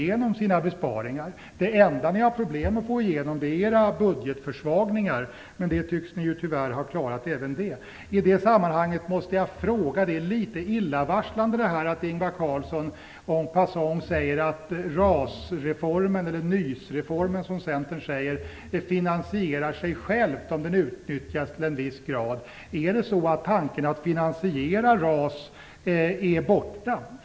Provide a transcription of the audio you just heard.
Det enda ni har problem att få igenom är era budgetförsvagningar. Men även det tycks ni tyvärr ha klarat. I det sammanhanget måste jag ställa en fråga. Det är litet illavarslande att Ingvar Carlsson en passant säger att RAS-reformen, eller NYS-reformen som Centern säger, finansierar sig själv om den utnyttjas till en viss grad.